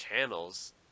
channels